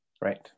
Right